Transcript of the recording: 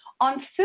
on